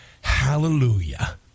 Hallelujah